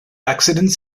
accidents